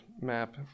map